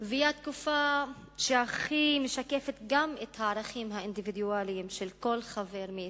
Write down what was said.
והיא התקופה שהכי משקפת גם את הערכים האינדיבידואליים של כל חבר מאתנו,